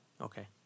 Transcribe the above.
Okay